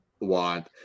want